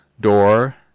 door